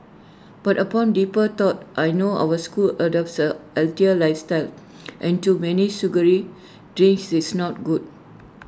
but upon deeper thought I know our school adopts A lifestyle and too many sugary drinks is not good